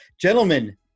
Gentlemen